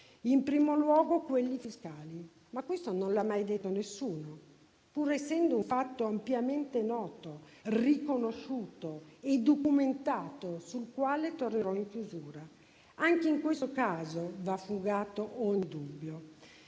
in primo luogo quelli fiscali. Ma questo non l'ha mai detto nessuno, pur essendo un fatto ampiamente noto, riconosciuto e documentato, sul quale tornerò in chiusura. Anche in questo caso va fugato ogni dubbio.